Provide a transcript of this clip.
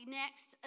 next